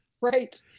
Right